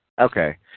Okay